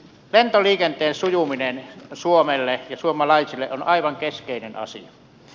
lentoliikenteen sujuminen on suomelle ja suomalaisille aivan keskeinen asia